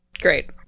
great